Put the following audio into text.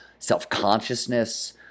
self-consciousness